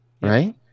right